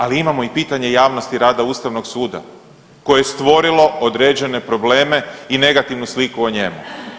Ali imamo i pitanje javnosti rada Ustavnog suda koje je stvorilo određene probleme i negativnu sliku o njemu.